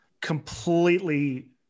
completely